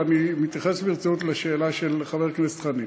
ואני מתייחס ברצינות לשאלה של חבר הכנסת חנין.